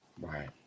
Right